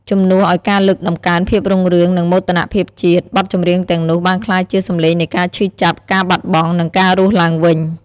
ជំនួសឱ្យការលើកតម្កើងភាពរុងរឿង និងមោទនភាពជាតិ បទចម្រៀងទាំងនោះបានក្លាយជា សំឡេងនៃការឈឺចាប់ ការបាត់បង់ និងការរស់ឡើងវិញ។